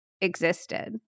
existed